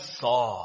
saw